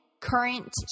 current